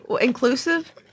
Inclusive